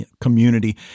community